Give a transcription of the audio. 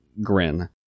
grin